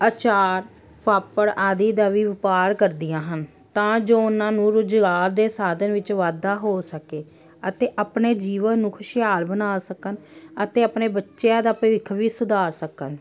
ਅਚਾਰ ਪਾਪੜ ਆਦਿ ਦਾ ਵੀ ਵਪਾਰ ਕਰਦੀਆਂ ਹਨ ਤਾਂ ਜੋ ਉਹਨਾਂ ਨੂੰ ਰੁਜ਼ਗਾਰ ਦੇ ਸਾਧਨ ਵਿੱਚ ਵਾਧਾ ਹੋ ਸਕੇ ਅਤੇ ਆਪਣੇ ਜੀਵਨ ਨੂੰ ਖੁਸ਼ਹਾਲ ਬਣਾ ਸਕਣ ਅਤੇ ਆਪਣੇ ਬੱਚਿਆਂ ਦਾ ਭਵਿੱਖ ਵੀ ਸੁਧਾਰ ਸਕਣ